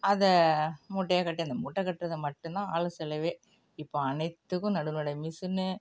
அதை மூட்டையாக கட்டி அந்த மூட்டை கட்டுவது மட்டும்தான் ஆள் செலவே இப்போ அனைத்துக்கும் நடவு நட மிஷினு